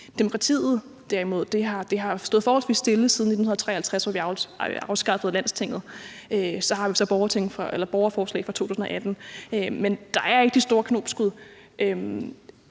Demokratiet derimod har stået forholdsvis stille siden 1953, hvor vi afskaffede Landstinget. Så har vi så borgerforslag fra 2018, men der er ikke de store knopskud.